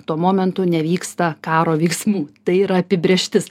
tuo momentu nevyksta karo veiksmų tai yra apibrėžtis